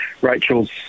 Rachel's